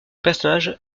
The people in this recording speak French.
personnage